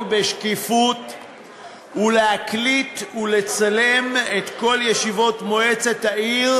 בשקיפות ולהקליט ולצלם את כל ישיבות מועצת העיר,